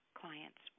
clients